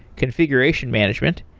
configuration management,